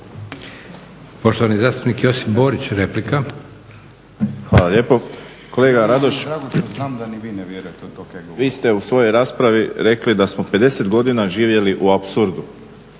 Poštovani zastupnik Josip Borić replika. **Borić, Josip (HDZ)** Hvala lijepo. Kolega Radoš vi ste u svojoj raspravi rekli da smo 50 godina živjeli u apsurdu,